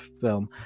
film